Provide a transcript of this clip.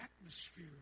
atmosphere